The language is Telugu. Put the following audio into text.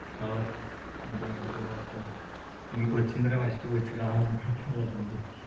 తర్వాత ఇంకేముంటుంది నీకు వచ్చింది రాయి ఫస్ట్ వచ్చి రానిది అటెంప్ట్ చేయి